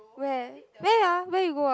where where ah where you go ah